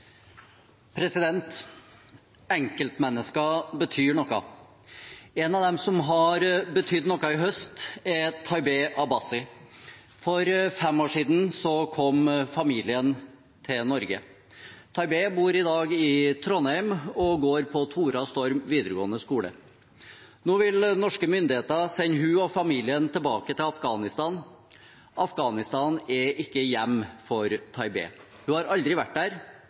For fem år siden kom familien til Norge. Taibeh bor i dag i Trondheim og går på Thora Storm videregående skole. Nå vil norske myndigheter sende henne og familien tilbake til Afghanistan. Afghanistan er ikke hjemme for Taibeh. Hun har aldri vært der,